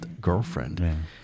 girlfriend